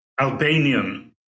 Albanian